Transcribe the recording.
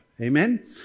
Amen